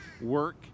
work